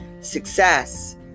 Success